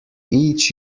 each